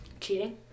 cheating